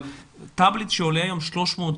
אבל טאבלט שעולה 300,